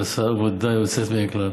ועשה עבודה יוצאת מן הכלל.